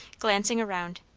glancing around.